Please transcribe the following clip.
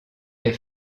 des